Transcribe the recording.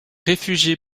réfugié